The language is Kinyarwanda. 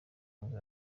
nibwo